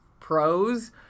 Pros